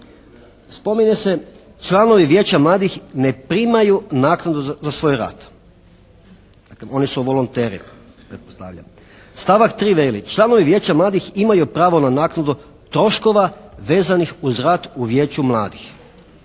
spominje se, članovi Vijeća mladih ne primaju naknadnu za svoj rad. Daklem, oni su volonteri pretpostavljam. Stavak 3. veli: "Članovi Vijeća mladih imaju pravo na naknadnu troškova vezanih uz rad u Vijeću mladih